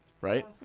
right